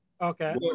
Okay